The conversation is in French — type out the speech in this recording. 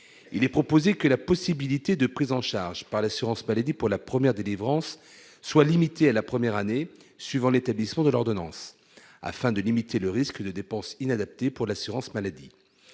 il est proposé que la possibilité de prise en charge par l'assurance maladie pour la première délivrance soit limitée à la première année suivant l'établissement de l'ordonnance afin de limiter le risque de dépenses inadapté pour l'assurance maladie,